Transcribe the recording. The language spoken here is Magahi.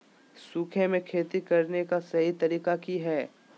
सूखे में खेती करने का सही तरीका की हैय?